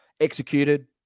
executed